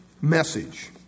message